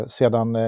sedan